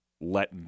Let